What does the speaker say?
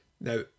Now